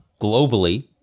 globally